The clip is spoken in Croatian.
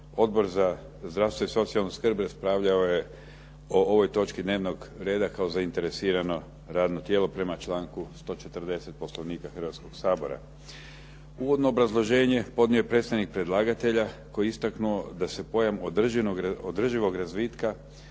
Odbor za zdravstvo i socijalnu skrb raspravljao je o ovoj točki dnevnog reda kao zainteresirano radno tijelo prema članku 140. Poslovnika Hrvatskog sabora. Uvodno obrazloženje podnio je predstavnik predlagatelja koji je istaknuo da se pojam održivog razvitka